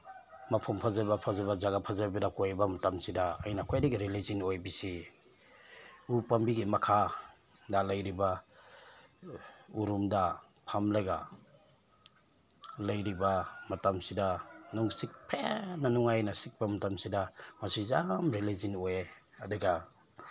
ꯃꯐꯝ ꯐꯖꯕ ꯐꯖꯕ ꯖꯒꯥ ꯐꯖꯕꯗ ꯀꯣꯏꯕ ꯃꯇꯝꯁꯤꯗ ꯑꯩꯅ ꯈ꯭ꯋꯥꯏꯗꯒꯤ ꯔꯤꯂꯦꯛꯁꯤꯡ ꯑꯣꯏꯕꯁꯤ ꯎ ꯄꯥꯝꯕꯤꯒꯤ ꯃꯈꯥꯗ ꯂꯩꯔꯤꯕ ꯎꯔꯨꯝꯗ ꯐꯝꯂꯒ ꯂꯩꯔꯤꯕ ꯃꯇꯝꯁꯤꯗ ꯅꯨꯡꯁꯤꯠ ꯐꯖꯅ ꯅꯨꯡꯉꯥꯏꯅ ꯁꯤꯠꯄ ꯃꯇꯝꯁꯤꯗ ꯃꯁꯤ ꯌꯥꯝ ꯔꯤꯂꯦꯛꯁꯤꯡ ꯑꯣꯏꯌꯦ ꯑꯗꯨꯒ